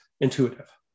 intuitive